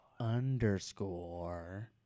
Underscore